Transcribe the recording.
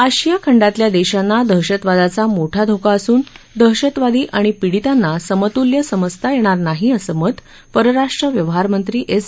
आशिया खंडातल्या देशांना दहशतवादाचा मोठा धोका असून दहशतवादी आणि पिडीतांना समतुल्य समजता येणार नाही असं मत परराष्ट्र व्यवहारमंत्री एस